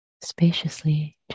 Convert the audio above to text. spaciously